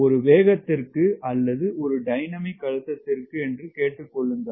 ஒரு வேகத்திற்கு அல்லது ஒரு டைனமிக் அழுத்தத்திற்கு என்று கேட்டுக் கொள்ளுங்கள்